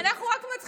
אנחנו רק מתחילים.